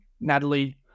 Natalie